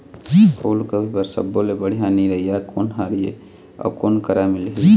फूलगोभी बर सब्बो ले बढ़िया निरैया कोन हर ये अउ कोन करा मिलही?